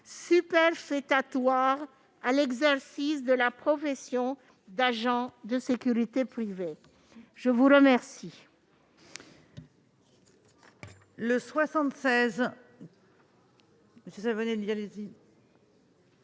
superfétatoire à l'exercice de la profession d'agent de sécurité privée. L'amendement